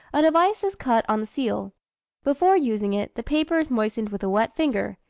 a device is cut on the seal before using it, the paper is moistened with a wet finger,